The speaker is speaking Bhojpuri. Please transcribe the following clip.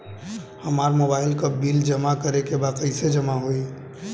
हमार मोबाइल के बिल जमा करे बा कैसे जमा होई?